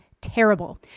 terrible